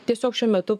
tiesiog šiuo metu